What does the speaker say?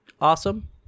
awesome